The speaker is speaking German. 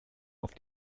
auf